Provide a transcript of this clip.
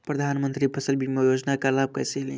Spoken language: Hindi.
प्रधानमंत्री फसल बीमा योजना का लाभ कैसे लें?